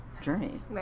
journey